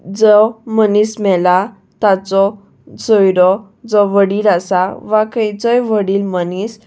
जो मनीस मेला ताचो सोयरो जो वडील आसा वा खंयचोय वडील मनीस